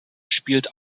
spielt